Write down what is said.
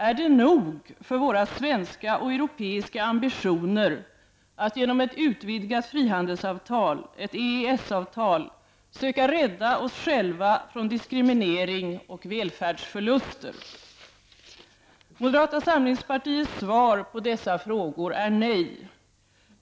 Är det nog för våra svenska och europeiska ambitioner att genom ett utvidgat frihandelsavtal -- ett EES-avtal -- söka rädda oss själva från diskriminering och välfärdsförluster? Moderata samlingspartiets svar på dessa frågor är nej.